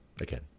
again